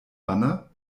banner